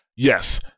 Yes